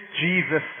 Jesus